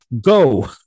Go